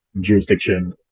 jurisdiction